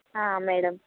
madam